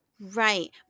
Right